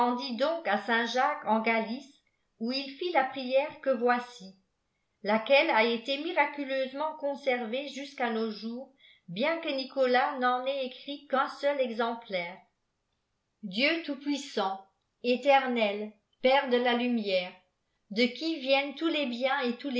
à sai àttili cquûâaeiiiralice où il fit la prière que voi laquelle a été miraculeusement conservée jusqu'à nos jours bien que nicolas k menait éciit qu'un seul exemplaire dâeu toutpuiësant éternel père de la lumière de qui viennent tous les biens et